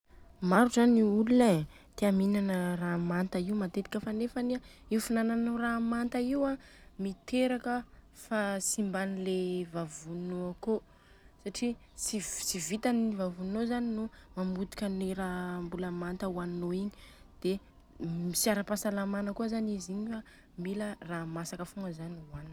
Maro zany i olona e, tia mihinana raha manta io matetika. Fa nefany an i finananôra manta io a miteraka fahasimban'le vavonô akô, satria tsy vitany i vavonô zany mamotika any i raha mbola manta hoaninô igny dia tsy ara-pahasalamana kôa zany izy Igny fa mila raha masaka fogna zany ohanina.